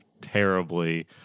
terribly